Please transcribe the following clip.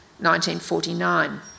1949